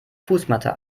fußmatte